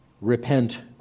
repent